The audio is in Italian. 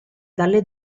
dalle